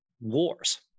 wars